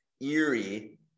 eerie